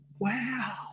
wow